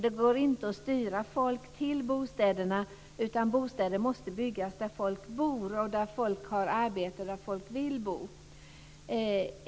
Det går inte att styra folk till bostäderna, utan bostäderna måste byggas där folk har arbete och vill bo.